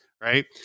right